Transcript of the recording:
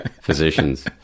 physicians